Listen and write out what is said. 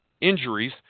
injuries